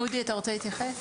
אודי, אתה רוצה להתייחס?